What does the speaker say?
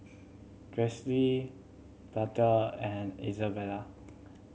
Baxter and Izabella